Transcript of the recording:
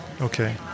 Okay